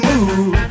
Move